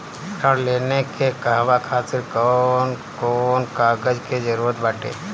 ऋण लेने के कहवा खातिर कौन कोन कागज के जररूत बाटे?